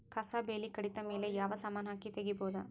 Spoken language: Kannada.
ಕಸಾ ಬೇಲಿ ಕಡಿತ ಮೇಲೆ ಯಾವ ಸಮಾನ ಹಾಕಿ ತಗಿಬೊದ?